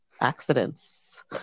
accidents